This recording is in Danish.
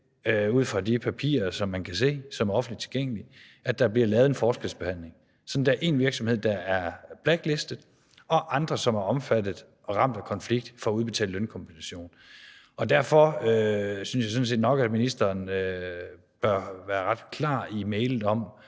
ud fra de papirer, man kan se, og som er offentligt tilgængelige – at der bliver lavet en forskelsbehandling, så der er én virksomhed, der er blacklistet, og at andre, som er omfattet og ramt af konflikt, får udbetalt lønkompensation. Derfor synes jeg sådan set nok, at ministeren bør være ret klar i mælet om,